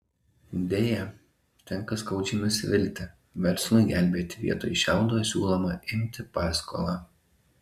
deja tenka skaudžiai nusivilti verslui gelbėti vietoj šiaudo siūloma imti paskolą